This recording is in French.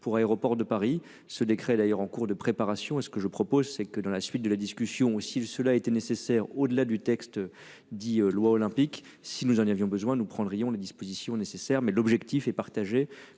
pour aéroports de Paris, ce décret est d'ailleurs en cours de préparation et ce que je propose c'est que dans la suite de la discussion aussi cela était nécessaire. Au-delà du texte dit loi olympique si nous en avions besoin nous prendrions les dispositions nécessaires, mais l'objectif est partagé.